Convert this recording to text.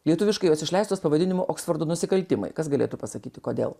lietuviškai jos išleistos pavadinimu oksfordo nusikaltimai kas galėtų pasakyti kodėl